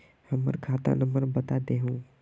हमर खाता नंबर बता देहु?